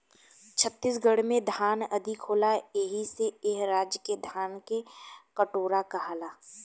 छत्तीसगढ़ में धान अधिका होला एही से ए राज्य के धान के कटोरा कहाला